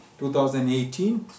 2018